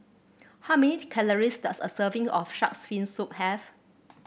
how many calories does a serving of shark's fin soup have